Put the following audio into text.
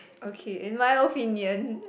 okay in my opinion